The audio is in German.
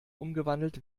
umgewandelt